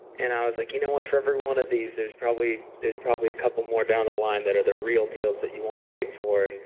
and i was like, you know what, for every one of these there's probably there's probably a couple more down the line that are the real deals that you want to wait for. and,